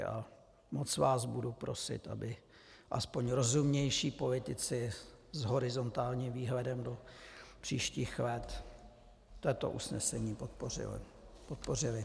A moc vás budu prosit, aby aspoň rozumnější politici s horizontálním výhledem do příštích let toto usnesení podpořili.